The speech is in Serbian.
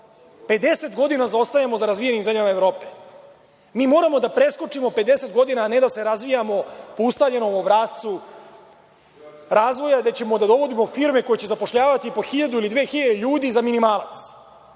godina zaostajemo za razvijenim zemljama Evrope. Mi moramo da preskočimo 50 godina, a ne da se razvijamo po ustaljenom obrascu razvoja, gde ćemo da dovodimo firme koje će zapošljavati i po 1.000 ili 2.000 ljudi za minimalac.